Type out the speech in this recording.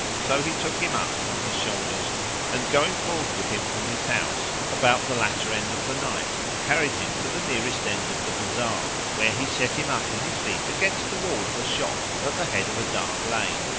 so he took him up on his shoulders and, going forth with him from his house about the latter end of the night, carried him to the nearest end of the bazaar, where he set him up on his feet against the wall of a shop at the head of a dark lane,